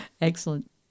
Excellent